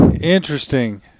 Interesting